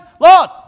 Lord